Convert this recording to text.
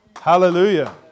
hallelujah